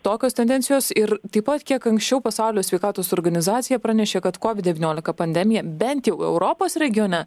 tokios tendencijos ir taip pat kiek anksčiau pasaulio sveikatos organizacija pranešė kad covid devyniolika pandemija bent jau europos regione